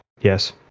yes